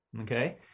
Okay